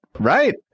Right